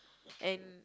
and